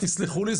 תסלחו לי,